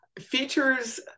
Features